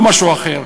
לא משהו אחר.